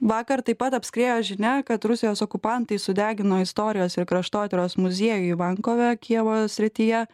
vakar taip pat apskriejo žinia kad rusijos okupantai sudegino istorijos ir kraštotyros muziejų ivankove kijevo srityje